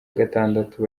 gatandatu